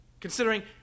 Considering